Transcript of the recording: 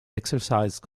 exercised